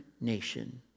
nation